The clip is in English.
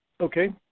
Okay